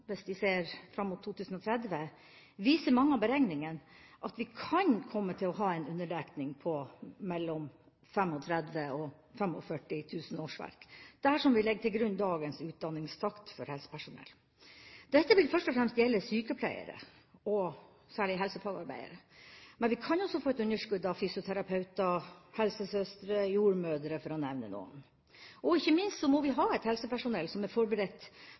hvis vi ser fram mot 2030 – viser mange av beregningene at vi kan komme til å ha en underdekning på mellom 35 000 og 45 000 årsverk, dersom vi legger til grunn dagens utdanningstakt for helsepersonell. Dette vil først og fremst gjelde sykepleiere og særlig helsefagarbeidere, men vi kan også få et underskudd av fysioterapeuter, helsesøstre og jordmødre, for å nevne noen. Ikke minst må vi ha et helsepersonell som er forberedt